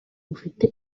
bufite